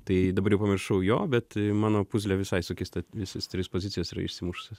tai dabar jau pamiršau jo bet mano puzlė visai sukeista visos trys pozicijos yra išsimušusios